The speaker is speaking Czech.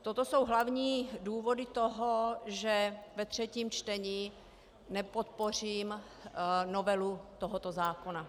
Toto jsou hlavní důvody, že ve třetím čtení nepodpořím novelu tohoto zákona.